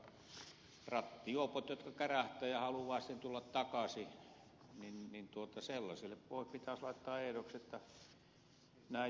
sitten näille rattijuopoille jotka kärähtävät ja haluavat sitten tulla takaisin pitäisi laittaa ehdoksi että näitä on